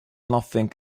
nothing